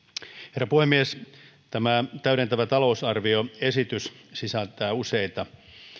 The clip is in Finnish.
herra puhemies tämä täydentävä talousarvioesitys sisältää useita